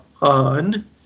on